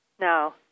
No